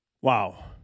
Wow